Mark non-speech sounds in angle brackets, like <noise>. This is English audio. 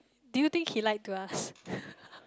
do you think he like to ask <laughs>